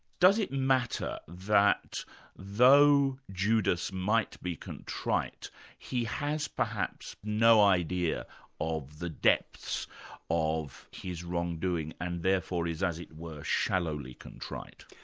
does it matter that though judas might be contrite he has perhaps no idea of the depths of his wrong doing and therefore is, as it were, shallowly contrite?